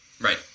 right